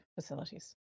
facilities